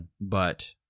But-